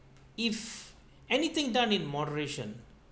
if anything done in moderation